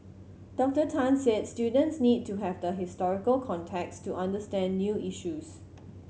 Doctor Tan said students need to have the historical context to understand new issues